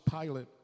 Pilate